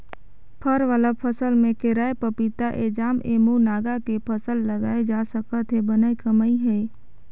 फर वाला फसल में केराएपपीताएजामएमूनगा के फसल लगाल जा सकत हे बने कमई हे